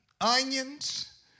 onions